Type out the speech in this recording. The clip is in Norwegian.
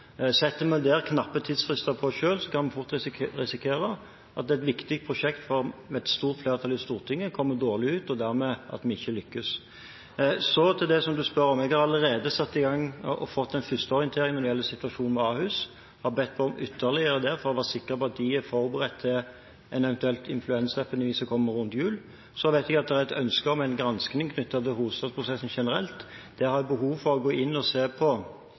der knappe tidsfrister for oss selv, kan vi fort risikere at et viktig prosjekt for et stort flertall i Stortinget kommer dårlig ut, og dermed at vi ikke lykkes. Så til det som du spør om: Jeg har allerede satt i gang og fått en første orientering når det gjelder situasjonen ved Ahus, og har bedt om ytterligere for å være sikker på at de er forberedt på en eventuell influensaepidemi som kommer rundt jul. Så vet jeg at det er et ønske om en granskning knyttet til hovedstadsprosessen generelt. Der har jeg behov for å gå inn og se på